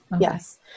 yes